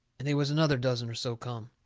and they was another dozen or so come.